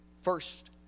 First